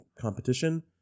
competition